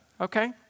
Okay